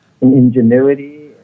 ingenuity